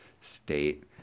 state